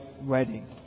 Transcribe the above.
wedding